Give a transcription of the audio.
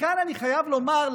וכאן אני חייב לומר,